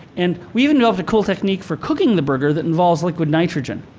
and we even know of a cool technique for cooking the burger that involves liquid nitrogen.